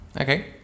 Okay